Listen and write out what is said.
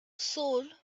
saul